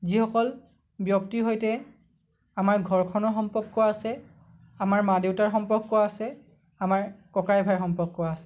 যিসকল ব্যক্তিৰ সৈতে আমাৰ ঘৰখনৰ সম্পৰ্ক আছে আমাৰ মা দেউতাৰ সম্পৰ্ক আছে আমাৰ ককাই ভাইৰ সম্পৰ্ক আছে